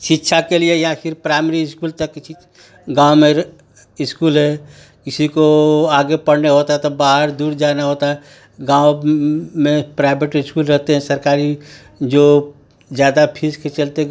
शिक्षा के लिए यहाँ कि प्राइमरी इस्कूल तक कि गाँव मेरे इस्कूल है किसी को आगे पढ़ने होता है तब बाहर दूर जाना होता है गाँव में प्राइबेट इस्कूल रहते हैं सरकारी जो ज़्यादा फीस के चलते